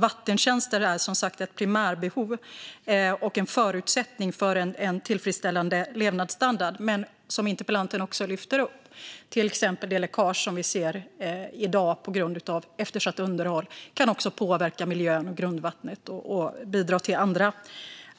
Vattentjänster är ett primärbehov och en förutsättning för en tillfredsställande levnadsstandard, och det läckage som vi ser i dag på grund av eftersatt underhåll kan påverka miljön och grundvattnet och bidra till